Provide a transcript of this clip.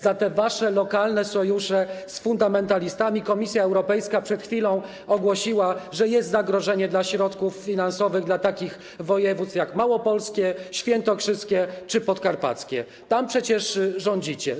Za te wasze lokalne sojusze z fundamentalistami Komisja Europejska przed chwilą ogłosiła, że jest zagrożenie dla środków finansowych dla takich województw, jak małopolskie, świętokrzyskie czy podkarpackie - tam przecież rządzicie.